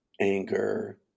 anger